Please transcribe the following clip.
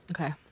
okay